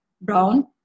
brown